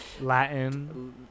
Latin